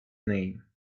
name